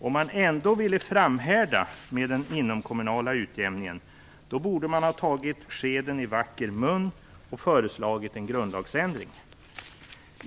Om man ändå ville framhärda med den inomkommunala utjämningen borde man ha tagit skeden i vacker hand och föreslagit en grundlagsändring.